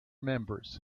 members